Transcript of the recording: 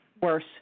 Worse